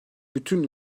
bütün